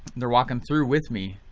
they're walking through with me,